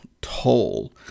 toll